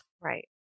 Right